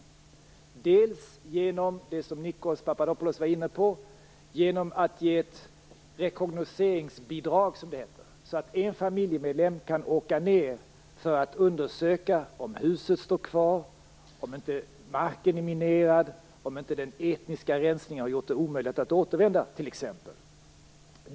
Det gör vi dels genom det som Nikos Papadopoulos var inne på, dvs. genom att ge ett s.k. rekognoseringsbidrag, så att en familjemedlem kan åka ned för att undersöka om huset står kvar, om marken är minerad, om den etniska rensningen har gjort det omöjligt att återvända, t.ex.